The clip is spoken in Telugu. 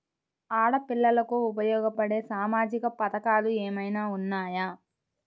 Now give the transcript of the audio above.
ఆడపిల్లలకు ఉపయోగపడే సామాజిక పథకాలు ఏమైనా ఉన్నాయా?